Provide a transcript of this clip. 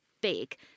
big